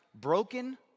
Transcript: broken